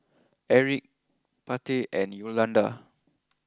Aric Pate and Yolonda